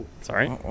sorry